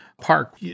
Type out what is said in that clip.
park